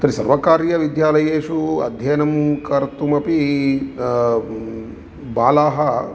तर्हि सर्वकार्यविद्यालयेषु अध्ययनं कर्तुमपि बालाः